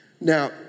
Now